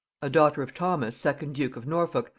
a daughter of thomas second duke of norfolk,